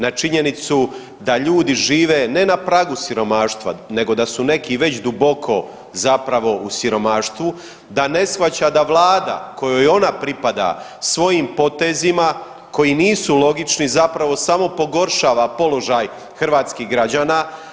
Na činjenicu da ljudi žive ne na pragu siromaštva, nego da su neki već duboko zapravo u siromaštvu, da ne shvaća da vlada kojoj ona pripada svojim potezima koji nisu logični zapravo samo pogoršava položaj hrvatskih građana.